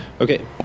Okay